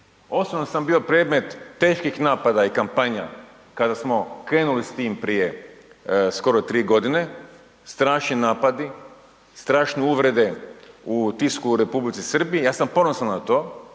Osobno sam bio predmet teških napada i kampanja kada smo krenuli s tim prije skoro 3.g., strašni napadi, strašne uvrede u tisku u Republici Srbiji, ja sam ponosan na to